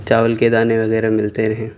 چاول کے دانے وغیرہ ملتے رہیں